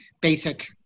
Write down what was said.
basic